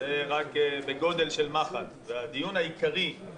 זה רק בגודל של מחט, והדיון העיקרי הוא